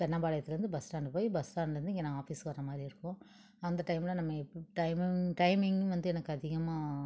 தென்னம்பாளையத்துலேந்து bus stand போய் bus ஸ்டாண்ட்லேந்து இங்கே நான் ஆஃபிஸ் வரமாதிரி இருக்கும் அந்த டயம்மில் நம்ம டயமிங் டயமிங் வந்து எனக்கு அதிகமாக